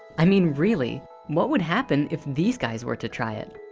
i mean really what would happen if these guys were to try it